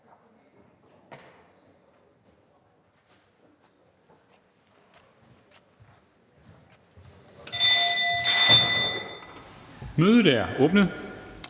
Mødet er udsat.